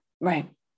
right